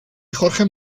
jorge